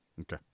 Okay